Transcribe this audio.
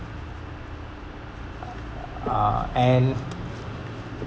uh and